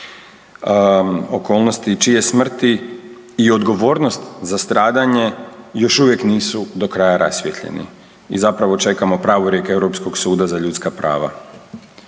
okolnost i čije smrti i odgovornost za stradanje još uvijek nisu do kraja rasvijetljeni i zapravo čekamo pravorijek Europskog suda za ljudska prava.